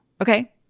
Okay